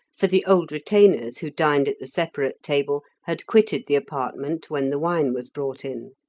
for the old retainers, who dined at the separate table, had quitted the apartment when the wine was brought in.